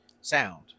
sound